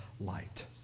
light